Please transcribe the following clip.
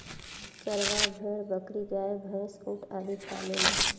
चरवाह भेड़, बकरी, गाय, भैन्स, ऊंट आदि पालेले